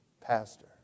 pastor